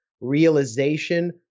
realization